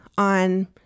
on